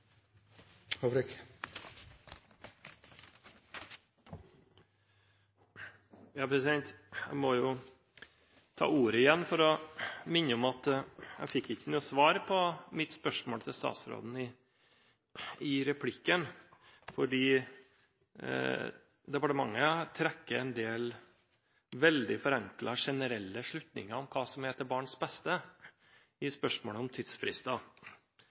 ordet igjen for å minne om at jeg ikke fikk noe svar på mitt spørsmål til statsråden i replikken, for departementet trekker en del veldig forenklede, generelle slutninger om hva som er til barns beste, i spørsmålet om